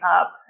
up